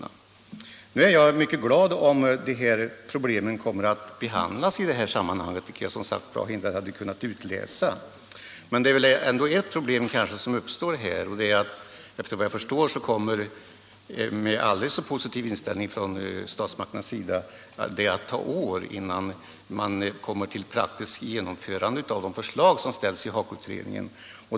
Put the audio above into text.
Jag är mycket glad om dessa problem kommer att behandlas, vilket jag som sagt inte har kunnat utläsa ur HAKO-utredningens förslag. Men såvitt jag förstår kommer det med en aldrig så positiv inställning från statsmakternas sida att ta år innan de förslag som framlagts av HAKO utredningen kan genomföras praktiskt.